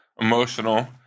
emotional